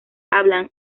hablan